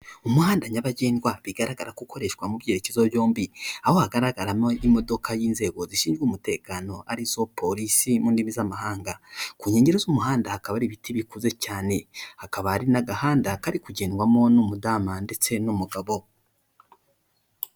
Umuhanda nyabagendwa bigaragara ko ukoreshwa mu byerekezo byombi aho hagaragaramo imodoka y'inzego zishinzwe umutekano, arizo polisi m'indimi z'amahanga ku nkengero z'umuhanda hakaba hari ibiti bikuze cyane hakaba hari n'agahanda kari kugendwamo n'umudamu ndetse n'umugabo we.